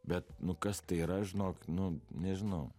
bet nu kas tai yra aš žinok nu nežinau